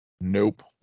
Nope